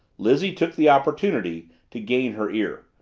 lizzie took the opportunity to gain her ear.